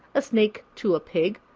a snake to a pig,